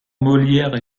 molière